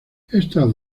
estas